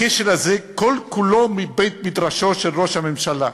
הכשל הזה, כל-כולו מבית-מדרשו של ראש הממשלה.